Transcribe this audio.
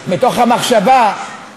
מתוך המחשבה,